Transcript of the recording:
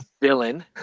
villain